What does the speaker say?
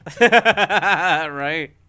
Right